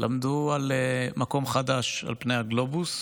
למדו על מקום חדש על פני הגלובוס,